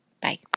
Bye